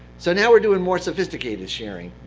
so now we're doing more sophisticated sharing.